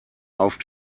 auf